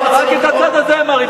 אבל רק את הצד הזה הם מראים,